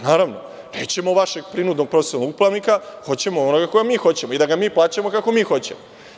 Nećemo vašeg prinudnog profesionalnog upravnika, hoćemo onoga koga mi hoćemo i da ga mi plaćamo kako mi hoćemo.